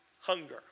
hunger